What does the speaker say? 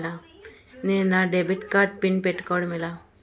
నేను నా debit card pin పెట్టుకోవడం ఎలా?